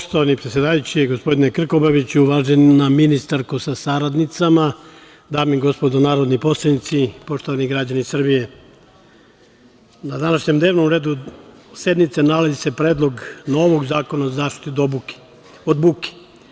Poštovani predsedavajući, gospodine Krkobabiću, uvažena ministarsko sa saradnicama, dame i gospodo narodni poslanici, poštovani građani Srbije, na današnjem dnevnom redu sednice nalazi se predlog novog Zakona o zaštiti od buke.